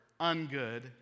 ungood